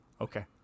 okay